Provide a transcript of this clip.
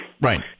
right